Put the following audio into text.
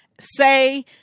say